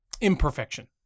imperfection